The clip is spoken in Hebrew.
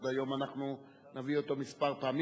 היום אנחנו עוד נביא אותו כמה פעמים,